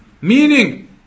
meaning